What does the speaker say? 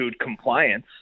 compliance